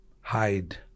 Hide